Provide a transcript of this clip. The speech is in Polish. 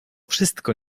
wszystko